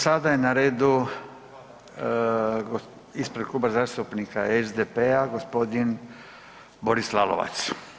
sada je na redu ispred Kluba zastupnika SDP-a gospodin Boris Lalovac.